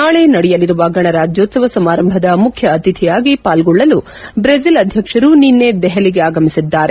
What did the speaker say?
ನಾಳೆ ನಡೆಯಲಿರುವ ಗಣ ರಾಜ್ಯೋತ್ಸವ ಸಮಾರಂಭದ ಮುಖ್ಯ ಅತಿಥಿಯಾಗಿ ಪಾಲ್ಗೊಳ್ಳಲು ಬ್ರೆಸಿಲ್ ಅಧ್ಯಕ್ಷರು ನಿನ್ನೆ ದೆಹಲಿಗೆ ಆಗಮಿಸಿದ್ದಾರೆ